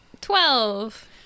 Twelve